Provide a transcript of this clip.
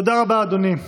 תודה רבה, אדוני.